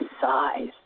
size